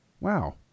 wow